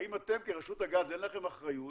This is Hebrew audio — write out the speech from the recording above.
האם לתם כרשות הגז אין אחריות